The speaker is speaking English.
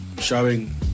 showing